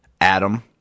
Adam